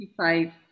55